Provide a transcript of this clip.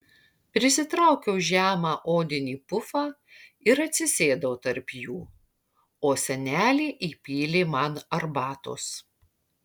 prisitraukiau žemą odinį pufą ir atsisėdau tarp jų o senelė įpylė man arbatos